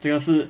这个是